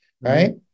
right